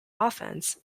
offense